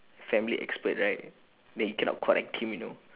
family expert right then you cannot correct him you know